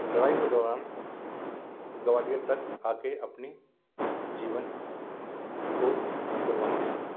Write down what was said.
लड़ाई के दौरान ग्वालियर तक आ कर अपने जीवन को क़ुर्बान किया